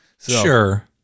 Sure